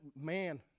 man